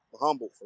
humble